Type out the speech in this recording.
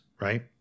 Right